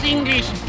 English